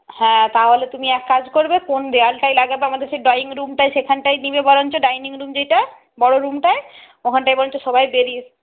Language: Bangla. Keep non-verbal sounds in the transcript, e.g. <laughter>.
হ্যাঁ তাহলে তুমি এক কাজ করবে কোন দেওয়ালটায় লাগাবে আমাদের সেই ড্রয়িং রুমটায় সেখানটায় নেবে বরঞ্চ ডাইনিং রুম যেইটা বড় রুমটায় ওখানটায় বরঞ্চ সবাই <unintelligible>